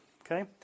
Okay